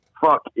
fuck